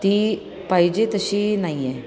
ती पाहिजे तशी नाही आहे